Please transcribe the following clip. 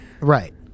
Right